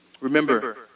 Remember